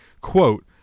quote